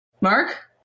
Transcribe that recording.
Mark